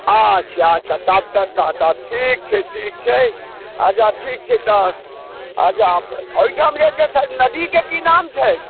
अच्छा अच्छा तब तऽ ठीक छै ठीक छै अछा ठीक छै तऽ अछा ओहिठाम जे एगो शायद नदीके की नाम छै